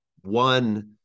One